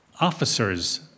officers